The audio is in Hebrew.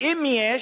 אם יש,